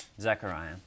Zechariah